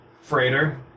freighter